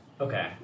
Okay